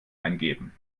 eingeben